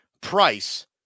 price